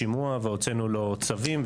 שימוע והוצאנו לו צווים.